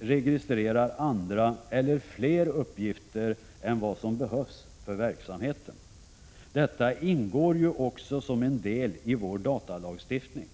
registrerar andra eller fler uppgifter än vad som behövs för verksamheten. Detta ingår också som en del i vår datalagstiftning.